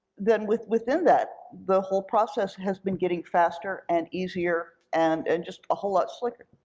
then within that, the whole process has been getting faster and easier and and just a whole lot slicker.